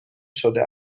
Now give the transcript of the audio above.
شده